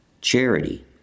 charity